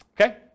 okay